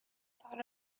thought